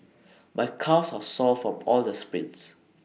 my calves are sore from all the sprints